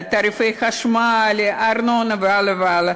-- תעריפי חשמל, ארנונה, והלאה והלאה.